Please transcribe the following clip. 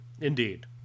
indeed